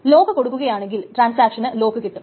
lock കൊടുക്കുകയാണെങ്കിൽ ട്രാൻസാക്ഷന് lock കിട്ടും